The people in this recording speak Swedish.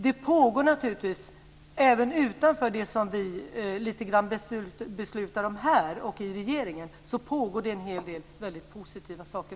Det pågår naturligtvis, även utanför det som vi beslutar om här och i regeringen, en hel del väldigt positiva saker.